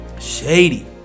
shady